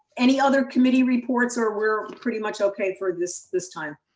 any other committee reports or we're pretty much okay for this this time?